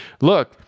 Look